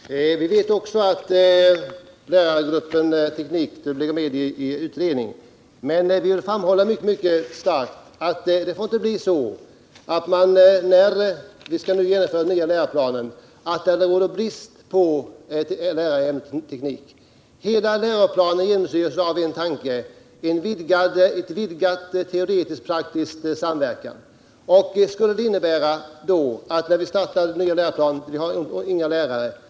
Herr talman! Vi vet också att frågan om utbildning av lärare i teknik finns med i utredningsförslaget. Men vi vill mycket starkt framhålla att det inte får bli så att det när den nya läroplanen skall genomföras råder brist på lärare i ämnet teknik. Hela läroplanen genomsyras av tanken på en vidgad teoretisk-praktisk samverkan. Om vi när den nya läroplanen skall genomföras inte har några lärare i ämnet teknik, så står vi där.